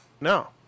no